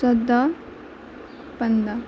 ژۄداہ پںٛداہ